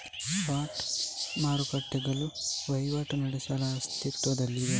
spot ಮಾರುಕಟ್ಟೆಗಳು ವಹಿವಾಟು ನಡೆಸಲು ಅಸ್ತಿತ್ವದಲ್ಲಿವೆ